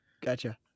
gotcha